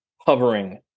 hovering